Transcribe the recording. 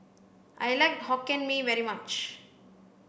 I like hokkien mee very much